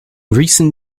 recent